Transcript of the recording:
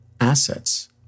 assets